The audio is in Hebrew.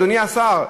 אדוני השר,